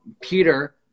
peter